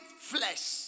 flesh